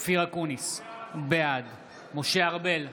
אופיר אקוניס, בעד משה ארבל,